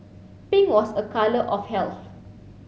pink was a colour of health